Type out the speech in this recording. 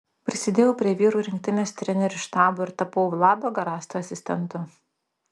prisidėjau prie vyrų rinktinės trenerių štabo ir tapau vlado garasto asistentu